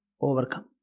overcome